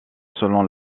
selon